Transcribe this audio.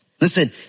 Listen